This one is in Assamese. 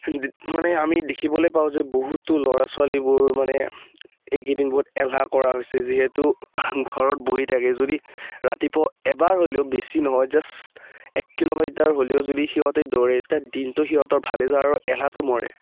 মানে আমি দেখিবলৈ পাওঁ যে বহুতো ল'ৰা ছোৱালীবোৰ মানে এইকেইদিন বহুত এলাহ কৰা হৈছে যিহেতু ঘৰত বহি থাকে যদি ৰাতিপুৱা এবাৰ হ'লেও বেছি নহয় জাষ্ট এক কিলোমিটাৰ হ'লেও যদি সিহঁতে দৌৰে তেতিয়া দিনটো সিহঁতৰ ভালে যায় আৰু এলাহটো মৰে